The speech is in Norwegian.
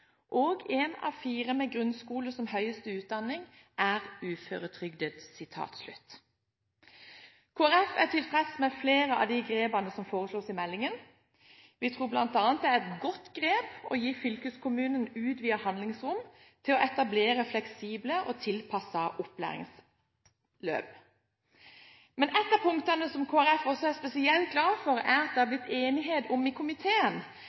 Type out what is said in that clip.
og én av fire med grunnskole som høyeste utdanning er uføretrygdet.» Kristelig Folkeparti er tilfreds med flere av grepene som foreslås i meldingen. Vi tror bl.a. det er et godt grep å gi fylkeskommunen utvidet handlingsrom til å etablere fleksible og tilpassede opplæringsløp. Et av punktene Kristelig Folkeparti er spesielt glad for at det har blitt enighet om i komiteen,